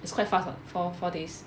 it's quite fast [what] four four days